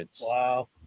Wow